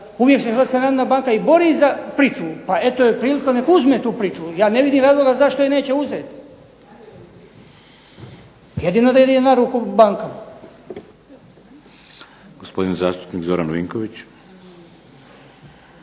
Uvijek se Hrvatska narodna banka i bori za pričuvu pa eto joj prilika nek uzme tu pričuvu. Ja ne vidim razloga zašto je neće uzeti. Jedino da ide na ruku bankama.